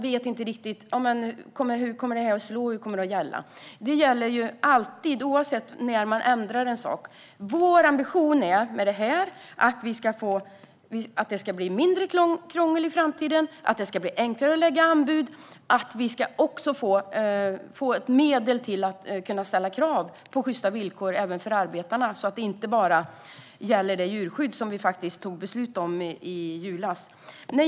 Hur kommer reglerna att slå? Detta gäller alltid, oavsett när man ändrar en sak. Vår ambition är att det ska bli mindre krångel i framtiden, att det ska bli enklare att lägga anbud och att det ska finnas medel till att ställa krav på sjysta villkor även för arbetarna, så att kraven inte bara gäller det djurskydd som riksdagen beslutade om i julas.